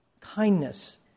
kindness